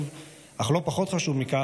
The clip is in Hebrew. אך לא פחות חשוב מכך,